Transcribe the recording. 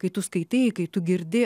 kai tu skaitai kai tu girdi